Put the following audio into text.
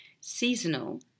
Seasonal